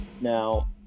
Now